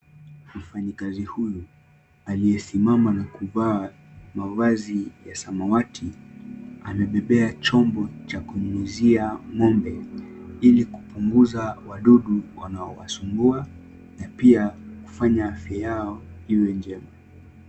Mfanyakazi huyu aliyesimama na kuvaa mavazi ya samawati amebeba chombo cha kunyunyizia ng'ombe ili kupunguza wadudu wanaowasumbua na pia kufanya afya yao iwe njema.